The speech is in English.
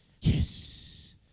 Yes